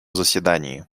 заседании